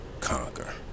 conquer